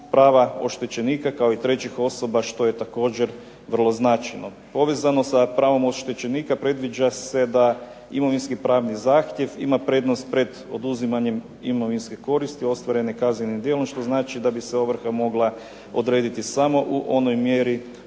prava oštećenika kao i trećih osoba što je također vrlo značajno. Povezano sa pravom oštećenika, predviđa se da imovinski pravni zahtjev ima prednost pred oduzimanjem imovinske koristi ostvarene kaznenim djelom što znači da bi se ovrha mogla odrediti samo u onoj mjeri